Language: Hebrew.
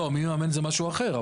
מי מממן זה משהו אחר.